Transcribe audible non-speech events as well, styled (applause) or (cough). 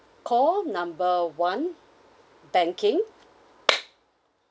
call number one banking (noise)